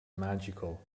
magical